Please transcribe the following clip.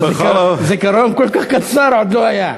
זיכרון כל כך קצר עוד לא היה.